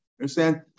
understand